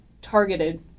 targeted